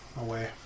away